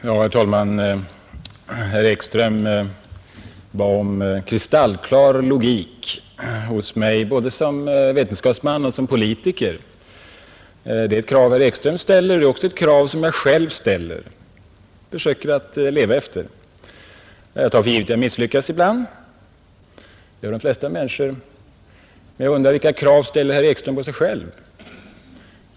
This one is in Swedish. Herr talman! Herr Ekström efterlyste kristallklar logik hos mig både som vetenskapsman och som politiker. De krav som herr Ekström där ställde är också krav som jag själv ställer. Jag försöker leva efter det. Men jag tar för givet att jag ibland misslyckas. Det gör väl de flesta människor. Jag undrar vilka krav herr Ekström ställer på sig själv?